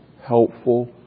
helpful